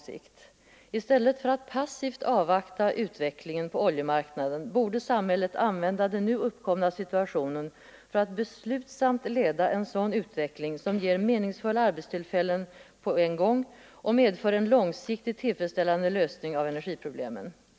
Vi vet att oljan inte är någon lösning på längre sikt. I stället för att passivt avvakta utvecklingen på oljemarknaden borde samhället använda den nu uppkomna situationen för att beslutsamt leda en sådan utveckling som ger meningsfulla arbetstillfällen på samma gång som den medför en långsiktigt tillfredsställande lösning av energiproblemen.